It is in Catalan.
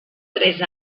tres